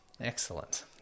Excellent